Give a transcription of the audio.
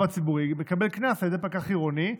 הציבורי מקבל קנס על ידי פקח עירוני,